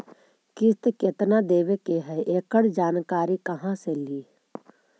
किस्त केत्ना देबे के है एकड़ जानकारी कहा से ली?